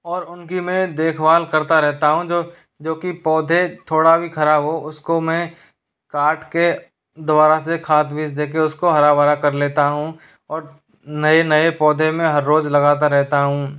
और उनकी मैं देखभाल करता रहता हूँ जो जोकी पौधे थोड़ा भी खराब हो उसको मैं काट के दोबारा से खाद बीज देके उसको हरा भरा कर लेता हूँ और नए नए पौधे में हर रोज लगाता रहता हूँ